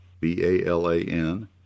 B-A-L-A-N